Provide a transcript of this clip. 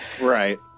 right